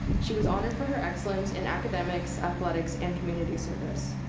she was honored for her excellence in academics, athletics, and community service.